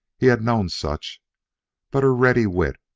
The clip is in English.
he had known such but her ready wit,